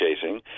chasing